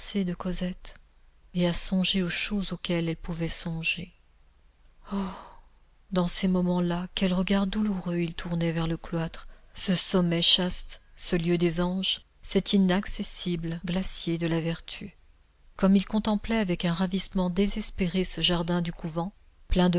de cosette et à songer aux choses auxquelles elle pouvait songer oh dans ces moments-là quels regards douloureux il tournait vers le cloître ce sommet chaste ce lieu des anges cet inaccessible glacier de la vertu comme il contemplait avec un ravissement désespéré ce jardin du couvent plein de